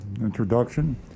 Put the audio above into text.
introduction